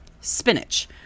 spinach